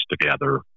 together